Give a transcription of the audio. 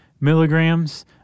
milligrams